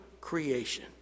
creation